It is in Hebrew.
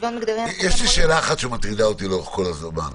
יש לי שאלה שמטרידה אותי לאורך כל הזמן.